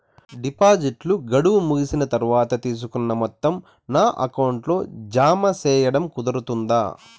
డిపాజిట్లు గడువు ముగిసిన తర్వాత, తీసుకున్న మొత్తం నా అకౌంట్ లో జామ సేయడం కుదురుతుందా?